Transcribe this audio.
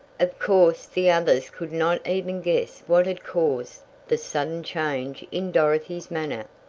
of course the others could not even guess what had caused the sudden change in dorothy's manner,